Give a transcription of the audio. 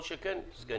כל שכן סגניתו.